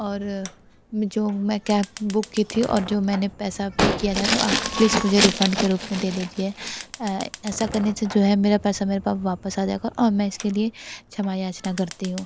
और मैं जो मैं कैब बुक की थी और जो मैंने पैसा पे किया था तो आप प्लीज़ मुझे रिफ़ंड के रूप में दे दीजिए ऐसा करने से जो है मेरा पैसा मेरे पा वापस आ जाएगा और मैं इसके लिए क्षमा याचना करती हूँ